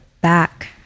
back